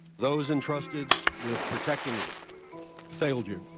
those entrusted with protecting you failed you.